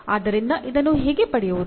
ಆದ್ದರಿಂದ ಇದನ್ನು ಹೇಗೆ ಪಡೆಯುವುದು